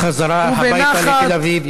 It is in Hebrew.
בחזרה הביתה לתל אביב.